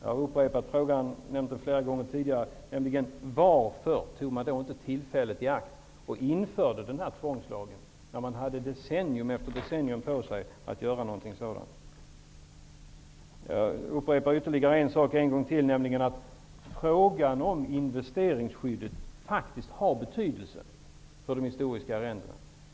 Varför tog Socialdemokraterna inte tillfället i akt och införde tvångslagen? De hade decennium efter decennium på sig att göra något sådant. Frågan om investeringsskyddet har varit av betydelse för de historiska arrendena.